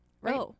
right